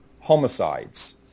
homicides